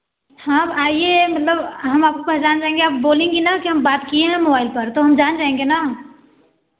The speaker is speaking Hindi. हाँ आप आईए मतलब हम आपको पहचान जाएँगे आप बोलेंगी ना कि हम बात किए हैं मोबाइल पर तो हम जान जाएँगे ना